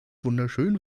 wunderschön